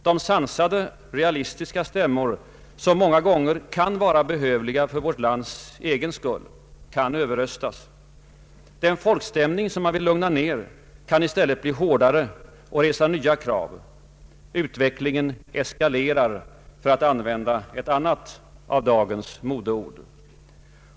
De sansade, realistiska stämmor som många gånger kan vara behövliga för vårt lands egen skull kan överröstas. Den folkstämning som man ville lugna ner kan i stället bli hårdare och resa nya krav. Utvecklingen ”eskalerar” — för att använda ett annat av dagens modeord.